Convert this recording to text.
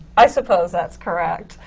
i suppose that's correct.